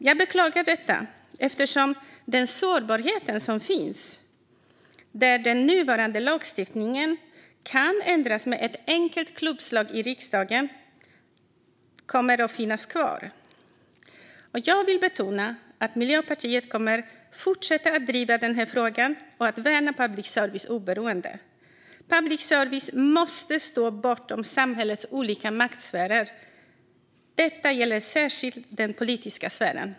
Jag beklagar det eftersom den sårbarhet som finns genom att den nuvarande lagstiftningen kan ändras med ett enkelt klubbslag i riksdagen kommer att finns kvar. Jag vill betona att Miljöpartiet kommer att fortsätta driva frågan och värna public services oberoende. Public service måste stå bortom samhällets olika maktsfärer. Detta gäller särskilt den politiska sfären.